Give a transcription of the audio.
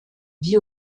vit